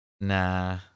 Nah